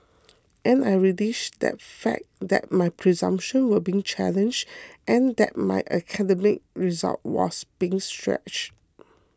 and I relished that fact that my presumptions were being challenged and that my academic result was being stretched